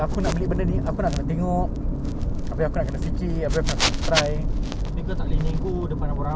sometimes aku pernah try [tau] aku tengah nego but because of that one customer customer tu support aku bila aku nego sia